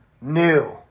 new